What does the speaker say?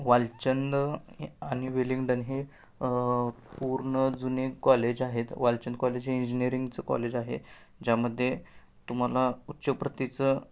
वालचंद आणि विलिंग्डन हे पूर्ण जुने कॉलेज आहेत वालचंद कॉलेज हे इंजिनीअरिंगचं कॉलेज आहे ज्यामध्ये तुम्हाला उच्च प्रतीचं